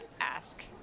ask